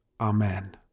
Amen